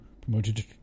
promoted